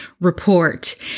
report